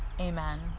Amen